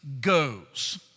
goes